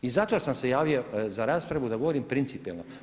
I zato sam se javio za raspravu da govorim principijelno.